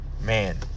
man